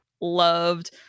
loved